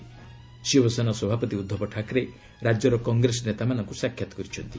ଶିବସେନା ସଭାପତି ଉଦ୍ଧବ ଠାକ୍ରେ ରାଜ୍ୟର କଂଗ୍ରେସ ନେତାମାନଙ୍କୁ ସାକ୍ଷାତ୍ କରିଛନ୍ତି